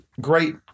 great